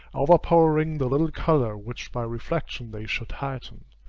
overpowering the little color which by reflection they should heighten.